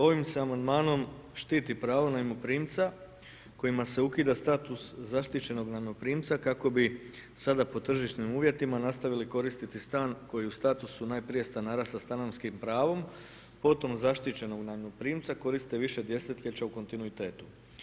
Ovim se amandmanom štiti pravo najmoprimca, kojim se ukida status zaštićenog najmoprimca, kako bi sada po tržišnim uvjetima nastavili koristiti stan koji je u statusu najprije stanara sa stanarskim pravom, potom zaštićenog najmoprimca, koriste više desetljeća u kontinuitetu.